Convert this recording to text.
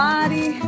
Body